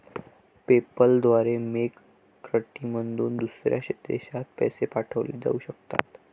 PayPal द्वारे मेक कंट्रीमधून दुसऱ्या देशात पैसे पाठवले जाऊ शकतात